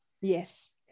yes